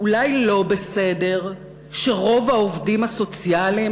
אולי לא בסדר שרוב העובדים הסוציאליים,